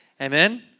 amen